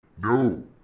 No